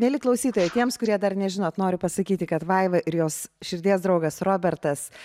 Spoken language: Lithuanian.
mieli klausytojai tiems kurie dar nežinot noriu pasakyti kad vaiva ir jos širdies draugas robertas